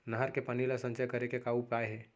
नहर के पानी ला संचय करे के का उपाय हे?